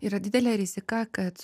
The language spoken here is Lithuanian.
yra didelė rizika kad